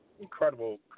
incredible